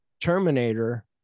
Terminator